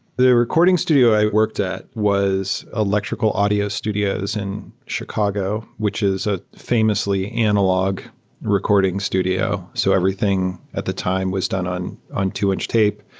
the recording studio i worked at was electrical audio studios in chicago, which is a famously analog recording studio. so everything at the time was done on on two inch tape.